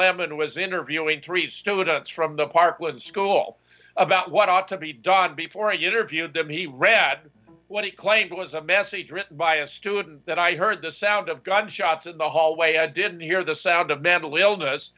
lemmon was interviewing three students from the park when school about what ought to be done before you interviewed them he read what he claimed was a message written by a student that i heard the sound of gunshots in the hallway i didn't hear the sound of mental illness